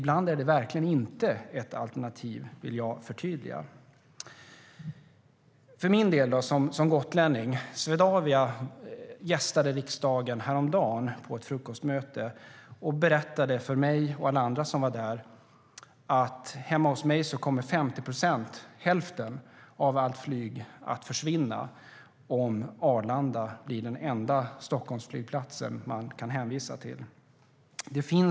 Jag vill förtydliga att det ibland verkligen inte är ett alternativ. Swedavia gästade riksdagen häromdagen vid ett frukostmöte och berättade för mig och alla andra som var där att 50 procent, hälften, av allt flyg kommer att försvinna hemma hos mig om Arlanda blir den enda Stockholmsflygplatsen som man kan hänvisa till.